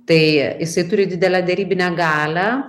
tai jisai turi didelę derybinę galią